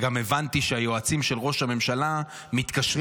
וגם הבנתי שהיועצים של ראש הממשלה מתקשרים